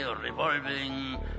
revolving